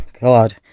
god